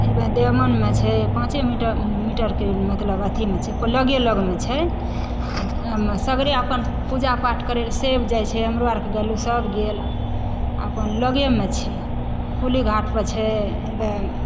एकटा देवनमे छै पाँचे मीटरके मतलब अथीमे छै लगे लगमे छै सवेरे अपन पूजा पाठ करय लऽ सभ जाइ छै हमरो आरके गेलहुँ सभ गेल अपन लगेमे छै कुलीघाट पर छै